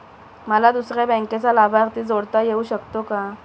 मला दुसऱ्या बँकेचा लाभार्थी जोडता येऊ शकतो का?